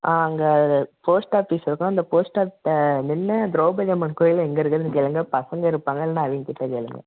ஆ அங்கே ஒரு post office இருக்கும் அந்த போஸ்ட் ஆ நின்று திரௌபதி அம்மன் கோயில் எங்கே இருக்குன்னு கேளுங்கள் பசங்க இருப்பாங்க இல்லைன்னா அவங்கக்கிட்ட கேளுங்கள்